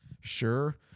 sure